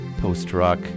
post-rock